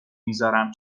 میذارم